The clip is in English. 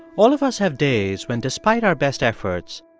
all of us have days when despite our best efforts,